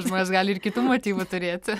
žmonės gali ir kitų motyvų turėti